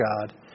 God